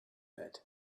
bed